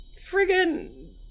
friggin